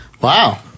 Wow